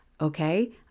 okay